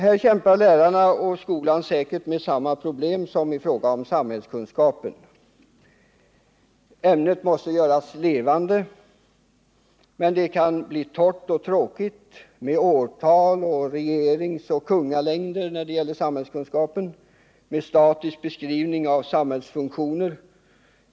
Lärare i religionskunskap kämpar säkert med samma problem som lärare i samhällskunskap. Ämnena måste göras levande. Det kan bli torrt och tråkigt att plugga in årtal, regeringsoch kungalängder samt statisk beskrivning av samhällsfunktioner.